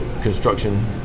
construction